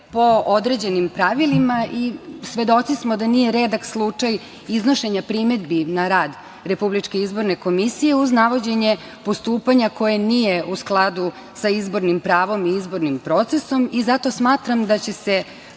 po određenim pravilima. Svedoci smo da nije redak slučaj iznošenje primedbi na rad RIK uz navođenje postupanja koje nije u skladu sa izbornim pravom i izbornim procesom. Zato smatram da će se